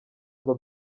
ngo